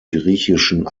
griechischen